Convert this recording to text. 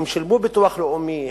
הם שילמו ביטוח לאומי,